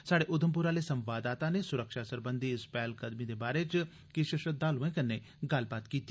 स्हाड़े उधमपुर आह्ले संवाददाता नै सुरक्षा सरबंधी इस पैह्लकदमी बारै किश श्रद्वालुएं कन्नै गल्लबात कीती